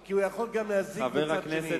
כי הוא יכול גם להזיק מצד שני.